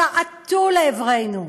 שעטו לעברנו,